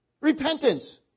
repentance